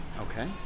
Okay